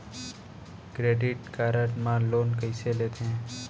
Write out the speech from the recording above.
Credit card मा loan कइसे लेथे?